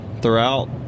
throughout